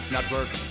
Network